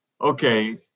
okay